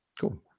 Cool